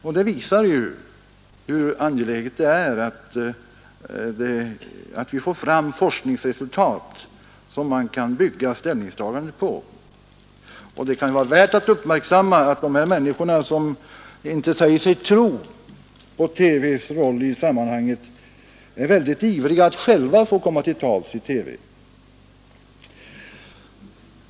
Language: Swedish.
Och det visar ju hur angeläget det är att vi får fram forskningsresultat som vi kan bygga våra ställningstaganden på. Det kan vara värt att uppmärksamma att just de människor som inte säger sig tro på TV:s roll i sammanhanget själva är väldigt ivriga att få komma till tals i TV.